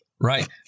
right